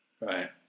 right